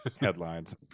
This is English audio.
Headlines